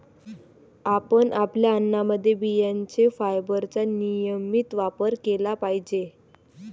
आपण आपल्या अन्नामध्ये बियांचे फायबरचा नियमित वापर केला पाहिजे